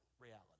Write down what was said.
reality